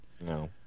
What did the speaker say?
No